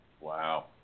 Wow